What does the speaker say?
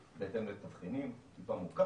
מידע ביומטרי זה בעצם כל תמונה ברמה טובה